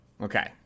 Okay